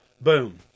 Boom